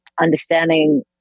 understanding